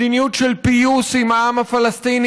מדיניות של פיוס עם העם הפלסטיני,